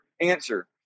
answer